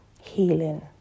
healing